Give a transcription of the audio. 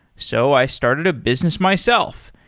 so, i started a business myself,